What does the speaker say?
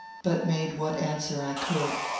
but made what answer i could.